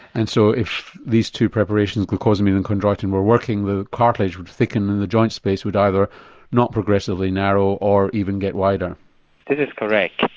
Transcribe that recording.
and so if these two preparations glucosamine and chondroitin were working, the cartilage would thicken and the joint space would either not progressively narrow or even get wider? that is correct.